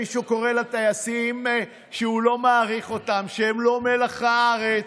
מי שאומר לטייסים שהוא לא מעריך אותם ושהם לא מלח הארץ.